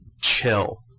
chill